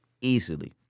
easily